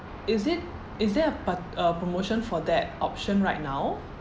is it is there a par~ uh promotion for that option right now